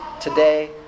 today